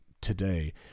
today